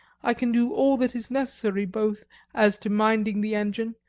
i can do all that is necessary both as to minding the engine,